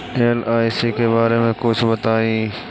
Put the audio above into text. LIC के बारे मे कुछ बताई?